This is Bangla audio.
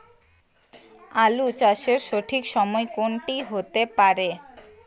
আলু চাষের সঠিক সময় কোন টি হতে পারে?